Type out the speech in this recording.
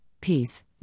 peace